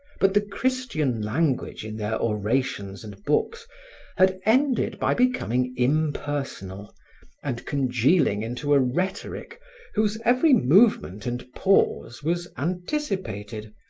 but the christian language in their orations and books had ended by becoming impersonal and congealing into a rhetoric whose every movement and pause was anticipated,